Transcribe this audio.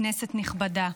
כנסת נכבדה,